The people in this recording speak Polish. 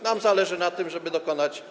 Nam zależy na tym, żeby dokonać.